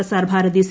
Prasar Bharati C